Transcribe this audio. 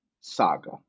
saga